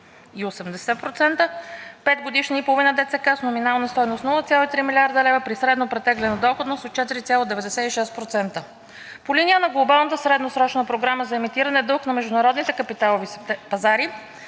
ценни книжа с номинална стойност 0,3 млрд. лв. при среднопретеглена доходност от 4,96%. По линия на Глобалната средносрочна програма за емитиране на дълг на международните капиталови пазари